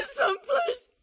someplace